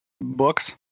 books